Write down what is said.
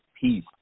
peace